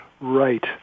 Right